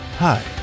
Hi